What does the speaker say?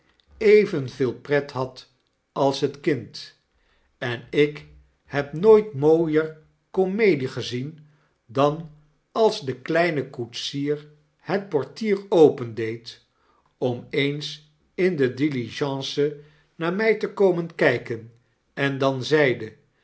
evenveel pret had als het kind en ik heb nooit mooier comedie gezien dan als de kleine koetsier het portier opendeed om eens in de diligence naar mij te komen kij ken en dan zeide